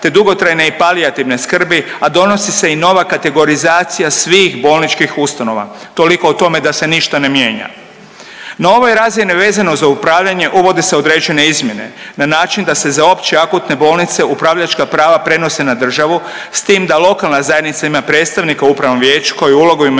te dugotrajne i palijativne skrbi, a donosi se i nova kategorizacija svih bolničkih ustanova. Toliko o tome da se ništa ne mijenja. Na ovoj razini vezano za upravljanje uvode se određene izmjene na način da se za opće akutne bolnice upravljačka prava prenose na državu s tim da lokalna zajednica ima predstavnika u upravnom vijeću kao i ulogu